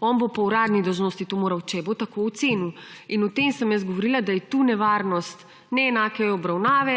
On bo po uradni dolžnosti to moral, če bo tako ocenil. In o tem sem govorila, da je tu nevarnost neenake obravnave,